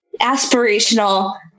aspirational